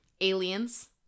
aliens